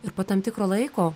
ir po tam tikro laiko